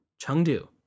Chengdu